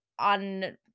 on